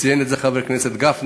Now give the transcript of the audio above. וציין את זה גם חבר הכנסת גפני,